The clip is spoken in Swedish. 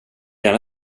gärna